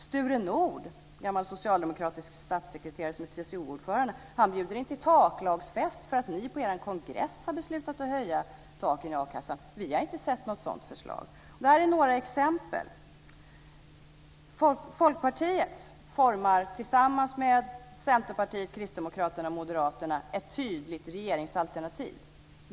Sture Nordh, gammal socialdemokratisk statssekreterare som är TCO-ordförande, bjuder in till taklagsfest för att ni på er kongress har beslutat att höja taken i akassan. Vi har inte sett något sådant förslag. Det här är några exempel. Kristdemokraterna och Moderaterna ett tydligt regeringsalternativ.